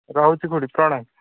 ରହୁଛି ଖୁଡ଼ି ପ୍ରଣାମ